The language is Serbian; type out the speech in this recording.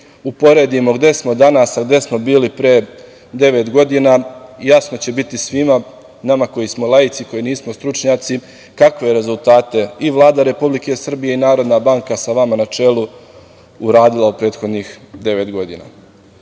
uporedimo gde smo danas, a gde smo bili pre devet godina, jasno će biti svima nama koji smo laici, koji nismo stručnjaci kakve rezultate i Vlada Republike Srbije i NBS sa vama na čelu je napravila prethodnih devet